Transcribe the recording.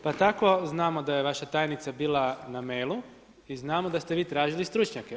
Pa tako znamo da je vaša tajnica bila na mailu i znam da ste vi tražili stručnjake.